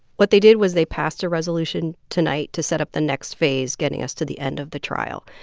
what they did was they passed a resolution tonight to set up the next phase, getting us to the end of the trial.